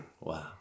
Wow